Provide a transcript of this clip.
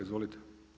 Izvolite.